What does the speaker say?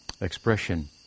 expression